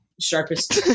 sharpest